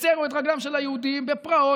הצרו את רגליהם של היהודים בפרעות,